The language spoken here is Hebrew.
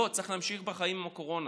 לא, צריך להמשיך בחיים עם הקורונה.